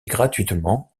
gratuitement